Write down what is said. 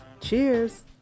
Cheers